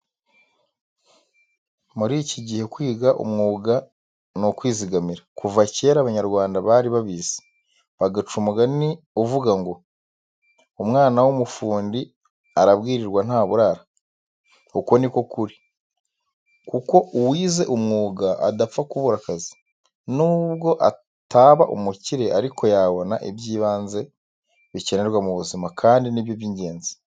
Muri iki gihe kwiga umwuga ni ukwizigamira. Kuva cyera abanyarwanda bari babizi, bagaca umugani uvuga ngo: ''Umwana w'umufundi arabwirirwa ntaburara.'' Uko ni ukuri, kuko uwize umwuga adapfa kubura akazi, n'ubwo ataba umukire ariko yabona iby'ibanze bikenerwa mu buzima, kandi ni byo by'ingenzi.